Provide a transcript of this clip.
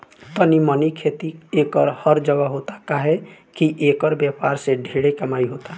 तनी मनी खेती एकर हर जगह होता काहे की एकर व्यापार से ढेरे कमाई होता